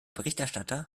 berichterstatter